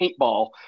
paintball